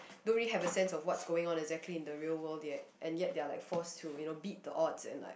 don't really have a sense of what's going on exactly in the real world yet and yet they're like forced to beat the odds and like